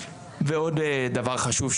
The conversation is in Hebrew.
ועוד דבר חשוב,